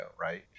Right